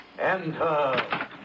Enter